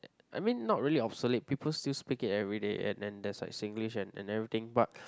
I mean not really obsolete people still speak it everyday and then there's like Singlish and everything but